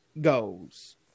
goes